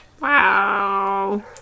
wow